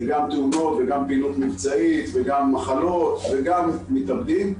זה גם תאונות וגם פעילות מבצעית וגם מחלות וגם מתאבדים.